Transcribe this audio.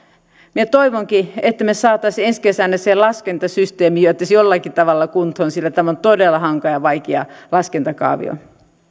minä toivonkin että me saisimme ensi kesänä sen laskentasysteemin edes jollakin tavalla kuntoon sillä tämä on todella hankala ja vaikea laskentakaavio